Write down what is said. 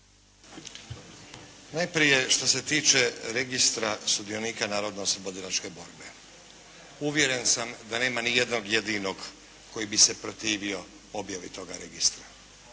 Najprije što se tiče registra sudionika Narodnooslobodilačke borbe. Uvjeren sam da nema ni jednog jedinog koji bi se protivio objavi toga registra.